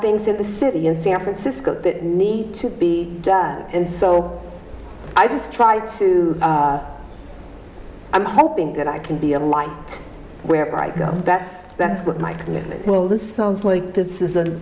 things in the city in san francisco that need to be and so i just try to i'm hoping that i can be a light where i go that's that's what my commitment will this sounds like this is